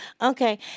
Okay